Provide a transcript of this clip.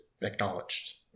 Acknowledged